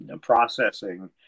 processing